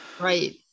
right